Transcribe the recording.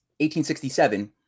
1867